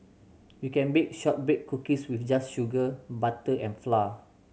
you can bake shortbread cookies just with sugar butter and flour